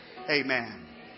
Amen